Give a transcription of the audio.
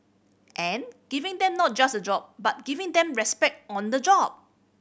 and giving them not just a job but giving them respect on the job